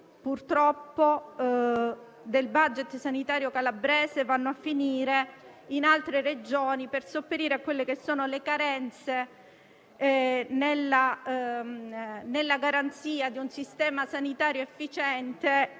all'anno del *budget* sanitario calabrese vanno a finire in altre Regioni per sopperire alle carenze nella garanzia di un sistema sanitario efficiente